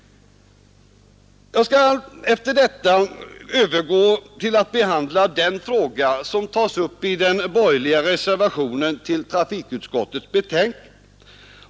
Jag skall efter detta övergå till att behandla den fråga som tas upp i den borgerliga reservationen till trafikutskottets betänkande.